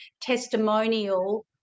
testimonial